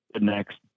next